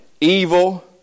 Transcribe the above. evil